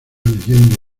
leyendo